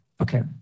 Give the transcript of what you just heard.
Okay